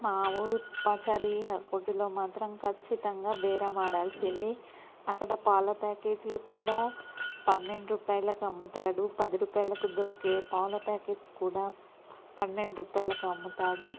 మా ఊరు పచారీ కొట్టులో మాత్రం ఖచ్చితంగా బేరమాడాల్సిందే అక్కడ పాల ప్యాకెట్లు కూడా పన్నెండు రూపాయలకు అమ్ముతాడు పది రూపాయలకు దొరికే పాల ప్యాకెట్ కూడా పన్నెండు రూపాయలకు అమ్ముతాడు